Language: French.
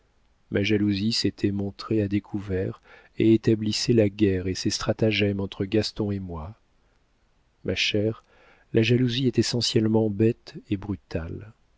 ma jalousie s'était montrée à découvert et établissait la guerre et ses stratagèmes entre gaston et moi ma chère la jalousie est essentiellement bête et brutale